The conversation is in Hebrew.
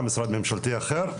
משרד ממשלתי אחר.